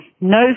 no